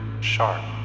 sharp